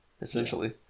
essentially